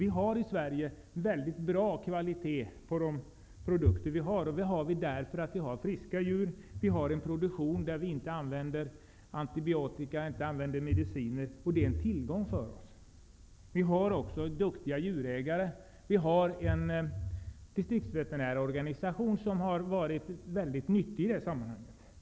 Vi har i Sverige en mycket bra kvalitet på våra produkter. Det har vi därför att vi har friska djur, vi använder inte antibiotika och andra mediciner i produktionen. Det är en tillgång för oss. Vi har också duktiga djurägare. Vi har en distriktsveterinärorganisation som har varit mycket nyttig i detta sammanhang.